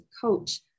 coach